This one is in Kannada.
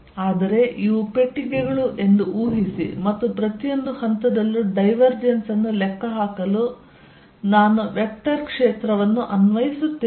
ಆದರೆ ಇವು ಪೆಟ್ಟಿಗೆಗಳು ಎಂದು ಊಹಿಸಿ ಮತ್ತು ಪ್ರತಿಯೊಂದು ಹಂತದಲ್ಲೂ ಡೈವರ್ಜೆನ್ಸ್ ಅನ್ನು ಲೆಕ್ಕಹಾಕಲು ನಾನು ವೆಕ್ಟರ್ ಕ್ಷೇತ್ರವನ್ನು ಅನ್ವಯಿಸುತ್ತೇನೆ